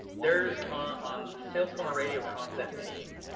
there's on sales funnel radio content team,